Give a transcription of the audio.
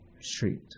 street